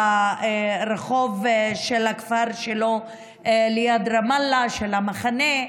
הלך ברחוב של הכפר שלו ליד רמאללה, של המחנה,